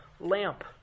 lamp